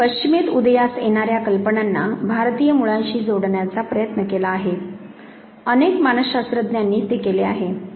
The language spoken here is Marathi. त्यांनी पश्चिमेत उदयास येणार्या कल्पनांना भारतीय मुळांशी जोडण्याचा प्रयत्न केला आहे अनेक मानस शास्त्रज्ञांनी ते केले आहे